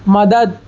مدد